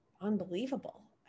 unbelievable